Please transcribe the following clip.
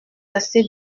assez